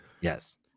Yes